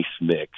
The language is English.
mix